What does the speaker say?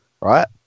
right